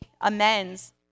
amends